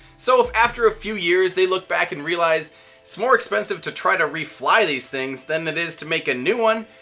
so if after a few years they look back and realize it's more expensive to try to refly these things than it is to make a new one,